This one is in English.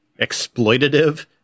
exploitative